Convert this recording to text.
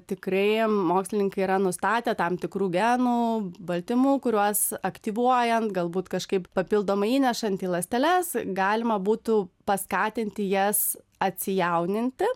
tikrai mokslininkai yra nustatę tam tikrų genų baltymų kuriuos aktyvuojant galbūt kažkaip papildomai įnešant į ląsteles galima būtų paskatinti jas atsijauninti